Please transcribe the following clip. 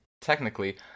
technically